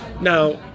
Now